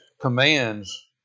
commands